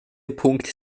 punkt